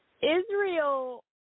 Israel